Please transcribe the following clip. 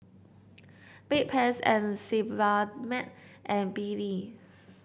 Bedpans Sebamed and B D